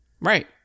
Right